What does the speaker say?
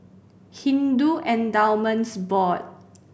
Hindu Endowments Board